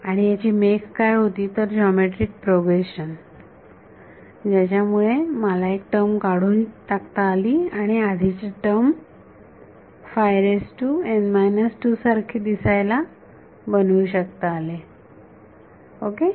आणि याची मेख काय होती तर जॉमेट्रिक प्रोग्रेशन त्याच्यामुळे मला एक टर्म काढून टाकता आली आणि आधीच्या टर्म सारखे दिसायला बनवू शकता आले ओके